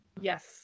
Yes